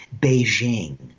Beijing